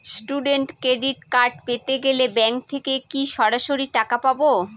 Student credit card পেতে গেলে bank থেকে কি সরাসরি টাকা পাবো?